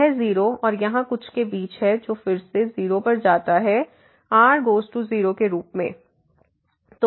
यह 0 और यहाँ कुछ के बीच है जो फिर से 0 पर जाता है r→0 के रूप में